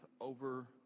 over